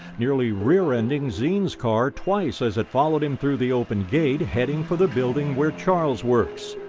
nearly rear-ending zeen's car twice as it followed him through the open gate, heading for the building where charles works.